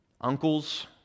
uncles